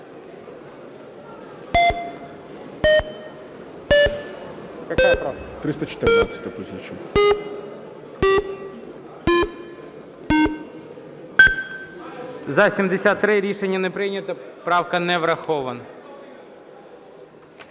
За-74 Рішення не прийнято. Правка не врахована.